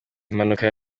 impanuka